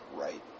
Right